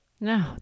No